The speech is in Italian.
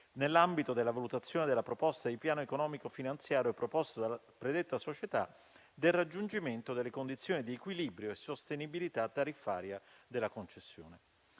nell'ambito della valutazione della proposta di piano economico-finanziario presentata dalla predetta società, del raggiungimento delle condizioni di equilibrio e sostenibilità tariffaria della concessione.